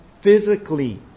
physically